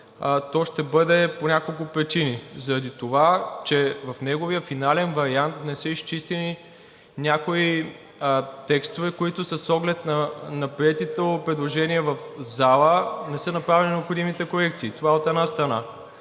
то ще бъде по няколко причини – заради това, че в неговия финален вариант не са изчистени някои текстове, по които с оглед на приетото предложение в залата не са направени необходимите корекции. Това, от една страна.